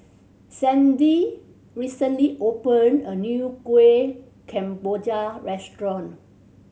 Sandy recently open a new Kuih Kemboja restaurant